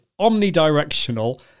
omnidirectional